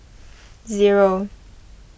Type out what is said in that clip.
zero